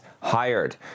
Hired